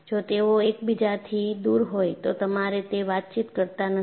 જો તેઓ એકબીજાથી દૂર હોય તો ખરેખર તે વાતચીત કરતા નથી